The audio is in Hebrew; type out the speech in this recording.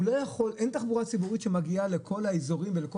אין תחבורה ציבורית שמגיעה לכל האזורים ולכל